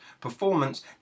performance